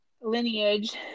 lineage